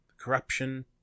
corruption